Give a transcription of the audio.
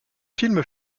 film